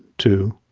two,